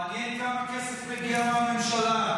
מעניין כמה כסף מגיע מהממשלה.